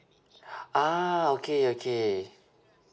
ah okay okay